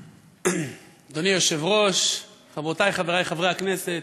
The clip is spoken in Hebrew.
אדוני היושב-ראש, חברותי וחברי חברי הכנסת,